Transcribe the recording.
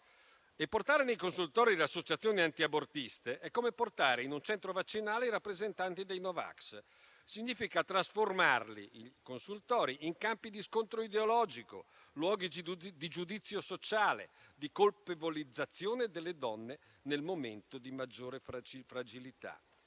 Portare nei consultori le associazioni antiabortiste è come portare in un centro vaccinale i rappresentanti dei no vax; significa trasformare i consultori in campi di scontro ideologico, luoghi di giudizio sociale, di colpevolizzazione delle donne nel momento di maggiore fragilità.